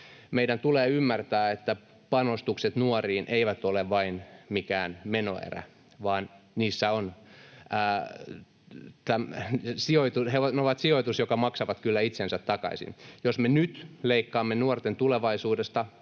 Meidän tulee ymmärtää, että panostukset nuoriin eivät ole vain jokin menoerä, vaan ne ovat sijoitus, joka maksaa kyllä itsensä takaisin. Jos me nyt leikkaamme nuorten tulevaisuudesta,